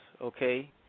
Okay